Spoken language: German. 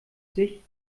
sich